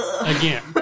again